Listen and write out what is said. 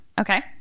Okay